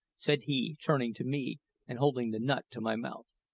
said he, turning to me and holding the nut to my mouth.